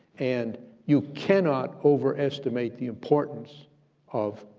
and you cannot overestimate the importance of